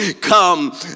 come